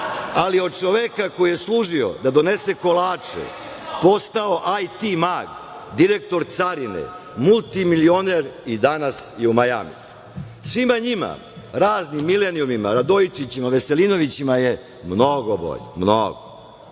ali od čoveka koji je služio da donese kolače postao IT mag, direktor carine, multimilioner i danas je u Majamiju. Svima njima, raznim Milenijumima, Radojčićima, Veselinovićima je mnogo bolje, a mnogo